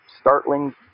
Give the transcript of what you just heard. startling